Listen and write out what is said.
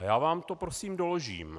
Já vám to prosím doložím.